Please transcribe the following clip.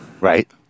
Right